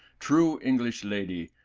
true english lady,